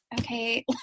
okay